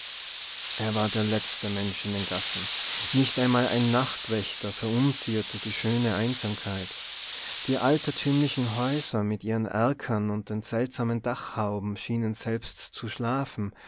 er war der letzte mensch in den gassen nicht einmal ein nachtwächter verunzierte die schöne einsamkeit die altertümlichen häuser mit ihren erkern und den seltsamen dachhauben schienen selbst zu schlafen